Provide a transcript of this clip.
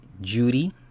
Judy